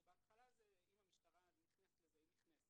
שבהתחלה אם המשטרה נכנסת לזה היא נכנסת.